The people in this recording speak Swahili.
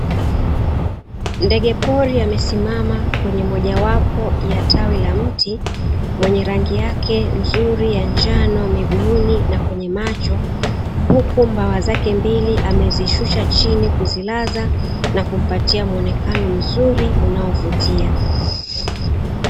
Ndege pori amesimama kwenye mojawapo ya tawi la mti, mwenye rangi yake nzuri ya njano miguuni na kwenye macho, huku mbawa zake mbili amezishusha chini kuzilaza na kumpatia muonekano mzuri unaovutia.